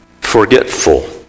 forgetful